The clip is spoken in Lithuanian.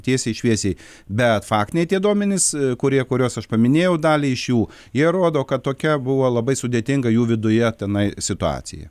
tiesiai šviesiai bet faktiniai tie duomenys kurie kuriuos aš paminėjau daliai iš jų jie rodo kad tokia buvo labai sudėtinga jų viduje tenai situacija